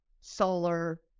solar